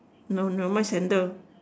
no no mine sandal